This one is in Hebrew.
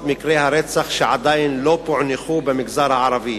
מקרי הרצח שעדיין לא פוענחו במגזר הערבי